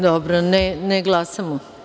Dobro, ne glasamo.